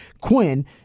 Quinn